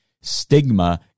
stigma